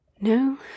No